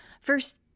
first